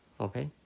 Okay